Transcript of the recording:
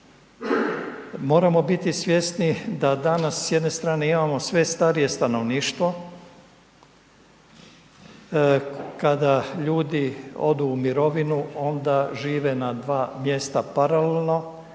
Moramo biti svjesni da danas s jedne strane imamo sve starije stanovništvo, kada ljudi odu u mirovinu onda žive na dva mjesta paralelno